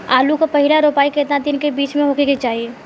आलू क पहिला रोपाई केतना दिन के बिच में होखे के चाही?